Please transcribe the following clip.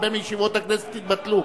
הרבה מישיבות הכנסת יבוטלו.